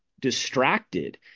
distracted